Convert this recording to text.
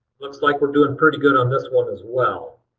looks like we're doing pretty good on this one as well.